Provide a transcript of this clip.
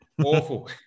awful